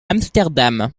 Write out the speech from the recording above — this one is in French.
amsterdam